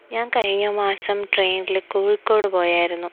ഞാൻ കഴിഞ്ഞമാസം ട്രെയിനില് കോഴിക്കോട് പോയായിരുന്നു